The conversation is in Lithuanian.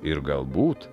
ir galbūt